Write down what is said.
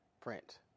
print